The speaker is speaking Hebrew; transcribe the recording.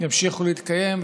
ימשיכו להתקיים,